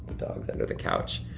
dog is under the couch.